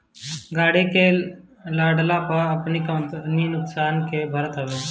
गाड़ी के लड़ला पअ कंपनी नुकसान के भरत हवे